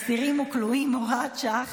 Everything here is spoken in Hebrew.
אסירים וכלואים (הוראת שעה,